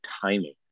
timing